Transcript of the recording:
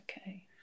Okay